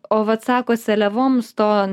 o vat sako seliavoms to